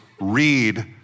read